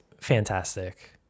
fantastic